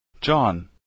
John